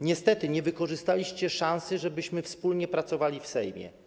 Niestety nie wykorzystaliście szansy, żebyśmy wspólnie pracowali w Sejmie.